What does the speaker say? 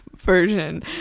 version